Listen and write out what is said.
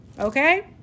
okay